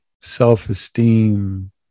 self-esteem